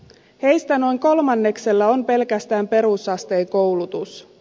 heistä noin kolmanneksella on pelkästään perusasteen koulutus